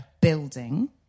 building